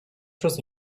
przez